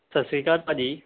ਸਤਿ ਸ਼੍ਰੀ ਆਕਾਲ ਭਾਜੀ